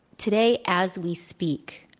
today, as we speak,